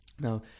Now